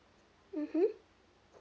mmhmm